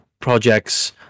projects